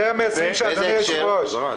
באיזה הקשר?